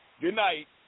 goodnight